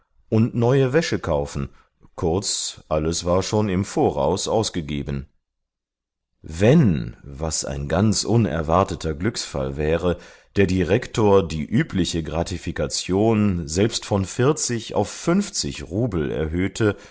und neue wäsche kaufen kurz alles war schon im voraus ausgegeben wenn was ein ganz unerwarteter glücksfall wäre der direktor die übliche gratifikation selbst von vierzig auf fünfzig rubel erhöhte